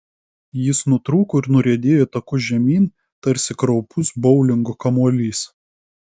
jis nutrūko ir nuriedėjo taku žemyn tarsi kraupus boulingo kamuolys